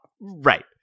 Right